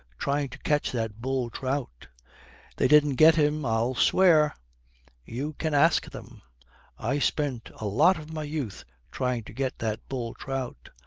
trying to catch that bull-trout they didn't get him, i'll swear you can ask them i spent a lot of my youth trying to get that bull-trout.